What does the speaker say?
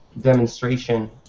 demonstration